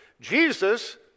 Jesus